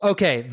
Okay